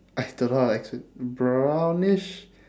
I don't know how to expla~ brownish